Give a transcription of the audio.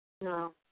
No